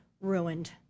ruined